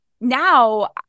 now